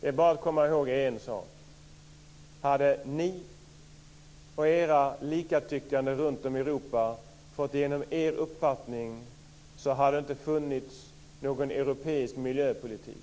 Det är bara att komma ihåg en sak: Hade ni och era likatyckande runt om i Europa fått igenom er uppfattning så hade det inte funnits någon europeisk miljöpolitik.